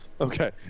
okay